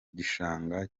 gishanga